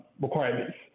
requirements